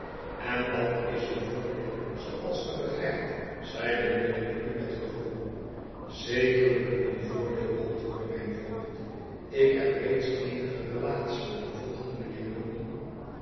en dat is een voordeel zooals ge begrijpt zeide mijnheer guppy met gevoel zekerlijk een voordeel antwoordde mijn voogd ik heb reeds eenige relatiën vervolgde mijnheer guppy